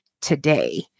today